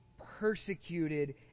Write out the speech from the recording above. persecuted